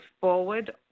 forward